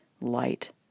light